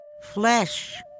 flesh